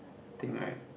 thing right